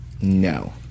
No